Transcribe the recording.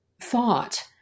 thought